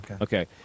Okay